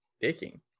taking